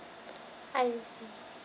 I see